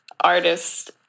artist